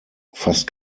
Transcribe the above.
fast